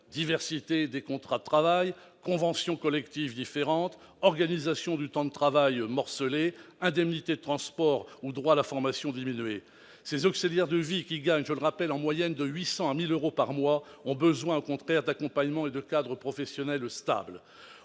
diversité des contrats de travail, convention collective différente, organisation du temps de travail morcelée, indemnités de transport ou droit à la formation diminués ... Ces auxiliaires de vie, qui gagnent en moyenne de 800 à 1 000 euros par mois, ont besoin, au contraire, d'accompagnement et de cadre professionnel stable.